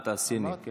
אתה רואה, אני